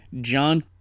John